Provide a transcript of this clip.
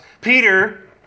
Peter